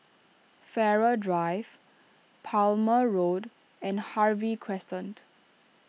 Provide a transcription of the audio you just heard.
Farrer Drive Palmer Road and Harvey Crescent